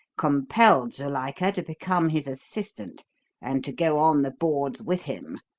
compelled zuilika to become his assistant and to go on the boards with him.